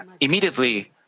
immediately